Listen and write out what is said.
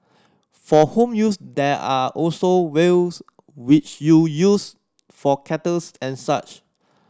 for home use there are also vials which you use for kettles and such